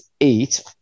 eight